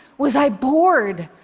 was i bored.